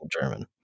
German